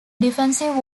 defensive